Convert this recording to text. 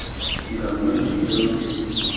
ngam noddude rewɓe